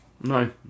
No